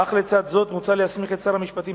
אך לצד זאת מוצע להסמיך את שר המשפטים,